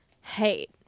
hate